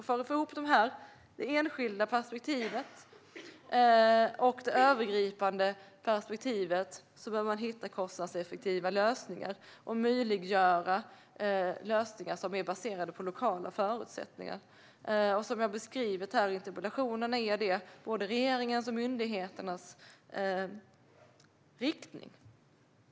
För att få ihop det enskilda perspektivet och det övergripande perspektivet behöver man hitta kostnadseffektiva lösningar och möjliggöra för lösningar som är baserade på lokala förutsättningar. Som jag beskrev i mitt svar är det både regeringens och myndigheternas inriktning.